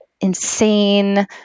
insane